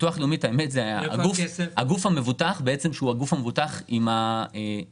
ביטוח לאומי הוא גוף שהמדינה עומדת מאחוריו.